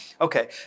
Okay